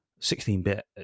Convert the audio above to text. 16-bit